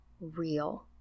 real